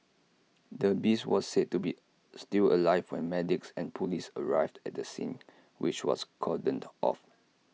the beast was said to be still alive when medics and Police arrived at the scene which was cordoned off